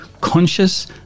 conscious